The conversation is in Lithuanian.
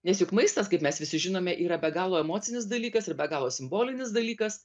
nes juk maistas kaip mes visi žinome yra be galo emocinis dalykas ir be galo simbolinis dalykas